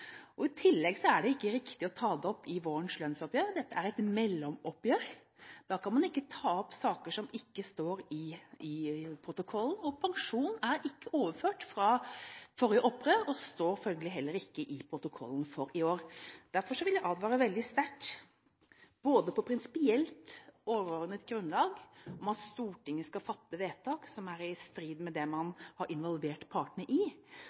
arbeidslivsmodellen. I tillegg er det ikke riktig å ta det opp i vårens lønnsoppgjør. Dette er et mellomoppgjør. Da kan man ikke ta opp saker som ikke står i protokollen, og pensjon er ikke overført fra forrige oppgjør og står følgelig heller ikke i protokollen for i år. Derfor vil jeg advare veldig sterkt, både på prinsipielt og overordnet grunnlag, mot at Stortinget skal fatte vedtak som er i strid med det man har involvert partene i,